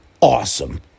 awesome